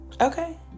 Okay